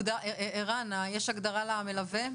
ערן, יש הגדרה למלווה?